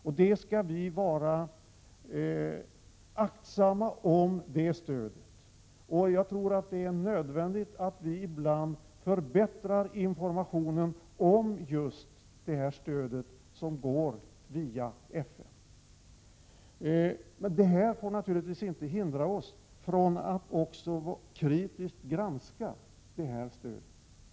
Det stödet skall vi vara aktsamma om. Jag tror att det är nödvändigt att vi förbättrar informationen om just detta stöd som går via FN. Det får naturligtvis inte hindra oss från att kritiskt granska detta stöd.